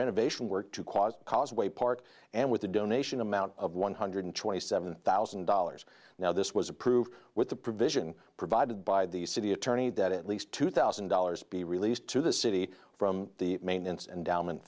renovation work to cause causeway park and with a donation amount of one hundred twenty seven thousand dollars now this was approved with the provision provided by the city attorney that at least two thousand dollars be released to the city from the maintenance and down and